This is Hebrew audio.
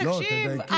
תקשיב.